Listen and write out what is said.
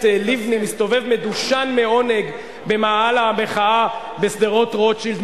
לבני מסתובב מדושן מעונג במאהל המחאה בשדרות-רוטשילד.